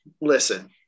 listen